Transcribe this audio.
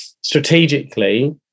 Strategically